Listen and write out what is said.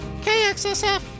KXSF